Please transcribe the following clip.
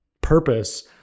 purpose